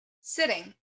sitting